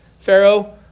Pharaoh